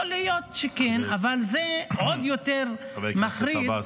יכול להיות שכן אבל זה עוד יותר מחריד --- חבר הכנסת עבאס,